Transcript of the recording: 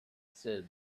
said